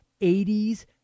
80s